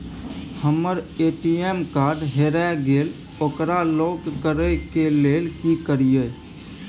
हमर ATM card हेरा गेल ओकरा लॉक करै के लेल की करियै?